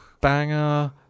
Banger